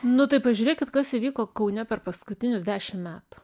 nu tai pažiūrėkit kas įvyko kaune per paskutinius dešim metų